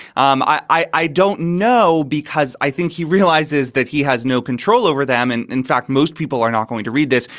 um i i don't know, because i think he realizes that he has no control over them. and in fact, most people are not going to read this.